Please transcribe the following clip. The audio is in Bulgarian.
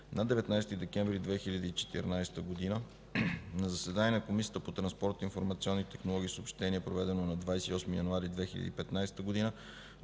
на 19 декември 2014 г. На заседание на Комисията по транспорт, информационни технологии и съобщения, проведено на 28 януари 2015 г.,